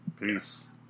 Peace